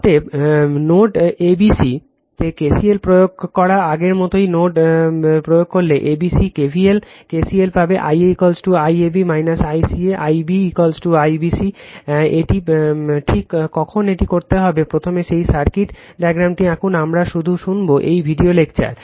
অতএব node ABC তে KCL প্রয়োগ করা আগের মতই নোডে প্রয়োগ করলে ABC KVL KCL পাবে Ia IAB ICA Ib IBC এটি ঠিক কখন এটি করতে হবে প্রথমে সেই সার্কিট ডায়াগ্রামটি আঁকুন আমরা শুধু শুনব এই ভিডিও লেকচার